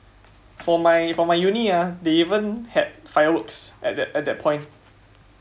for my for my uni ah they even had fireworks at that at that point